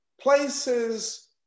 places